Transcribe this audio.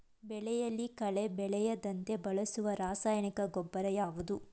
ಬೆಳೆಯಲ್ಲಿ ಕಳೆ ಬೆಳೆಯದಂತೆ ಬಳಸುವ ರಾಸಾಯನಿಕ ಗೊಬ್ಬರ ಯಾವುದು?